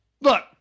look